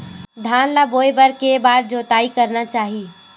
धान ल बोए बर के बार जोताई करना चाही?